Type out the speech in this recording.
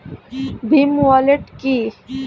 Bhim wallet কি?